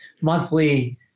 monthly